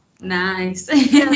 nice